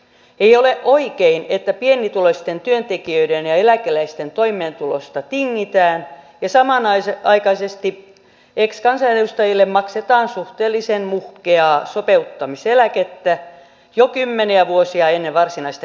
ei ole oikein että pienituloisten työntekijöiden ja eläkeläisten toimeentulosta tingitään ja samanaikaisesti ex kansanedustajille maksetaan suhteellisen muhkeaa sopeuttamiseläkettä jo kymmeniä vuosia ennen varsinaista eläkeikää